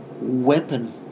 weapon